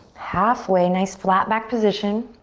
halfway, nice flat back position.